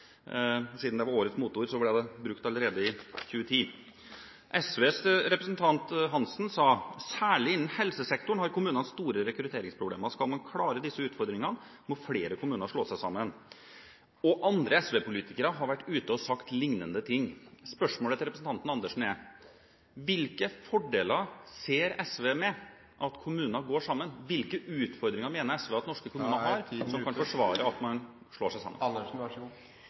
Årets moteord ble allerede brukt i 2010. SVs representant Hansen sa: «Særlig innen helsesektoren har kommunene store rekrutteringsproblemer, og skal man klare disse utfordringene må flere kommuner slå seg sammen.» Andre SV-politikere har vært ute og sagt lignende ting. Spørsmålene til representanten Andersen er: Hvilke fordeler ser SV med at kommunene går sammen? Hvilke utfordringer mener SV at norske kommuner har som kan forsvare at man slår seg sammen?